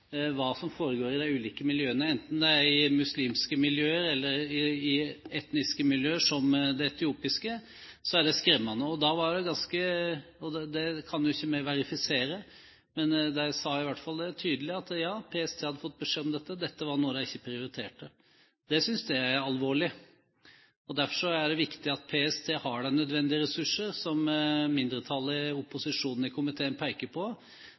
hva som foregår i de ulike miljøene, enten det er i de muslimske eller etniske miljøene som det etiopiske, så er det skremmende. Det kan vi ikke verifisere, men de sa i hvert fall tydelig at ja, PST hadde fått beskjed om dette, men dette var noe de ikke prioriterte. Det synes jeg er alvorlig. Derfor er det viktig at PST har de nødvendige ressurser, som mindretallet, opposisjonen, i komiteen peker på.